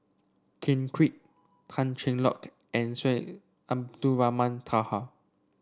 Ken Kwek Tan Cheng Lock and Syed Abdulrahman Taha